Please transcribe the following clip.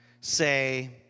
say